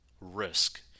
risk